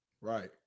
Right